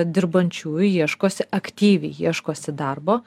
dirbančiųjų ieškosi aktyviai ieškosi darbo